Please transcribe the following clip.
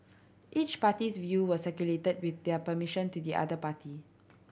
each party's view were circulated with their permission to the other party